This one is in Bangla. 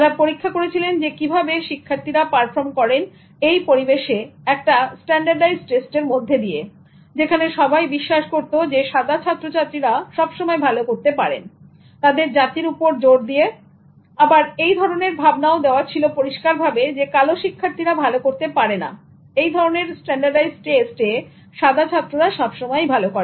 তারা পরীক্ষা করেছিলেন যে কিভাবে শিক্ষার্থীরা পারফর্ম করেন এই পরিবেশে একটা স্ট্যান্ডার্ডাইজড টেষ্টের মধ্যে দিয়ে যেখানে সবাই বিশ্বাস করত যে সাদা ছাত্রছাত্রীরা সব সময় ভালো করতে পারে তাদের জাতির উপর জোরর দিয়ে আবার এই ধরনের ভাবনাও দেওয়া ছিল পরিষ্কারভাবে যে কালো শিক্ষার্থীরা ভালো করতে পারে না এই ধরনের standardized tests এ এবং সাদা ছাত্ররা সবসময়ই ভালো করে